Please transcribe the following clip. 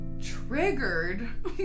triggered